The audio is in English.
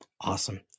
Awesome